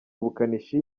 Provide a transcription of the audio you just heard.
ubukanishi